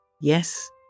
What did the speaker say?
Yes